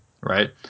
right